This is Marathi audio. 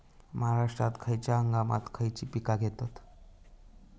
महाराष्ट्रात खयच्या हंगामांत खयची पीका घेतत?